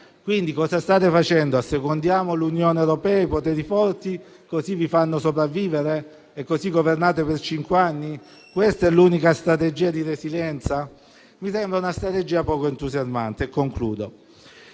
Cosa state facendo? Assecondate l'Unione europea e i poteri forti, così vi fanno sopravvivere e governate per cinque anni? Questa è l'unica strategia di resilienza? Mi sembra una strategia poco entusiasmante. Il